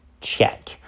check